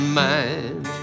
mind